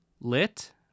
lit